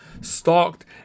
stalked